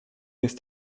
jest